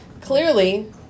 Clearly